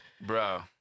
Bro